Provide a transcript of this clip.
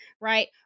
Right